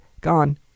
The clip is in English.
Gone